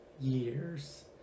years